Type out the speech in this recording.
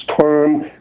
term